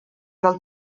del